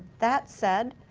that said,